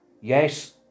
Yes